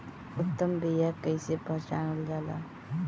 उत्तम बीया कईसे पहचानल जाला?